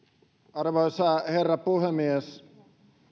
arvoisa herra puhemies